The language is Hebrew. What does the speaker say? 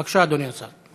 בבקשה, אדוני השר.